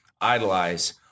idolize